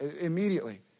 immediately